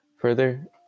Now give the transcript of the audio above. Further